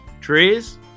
trees